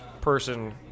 person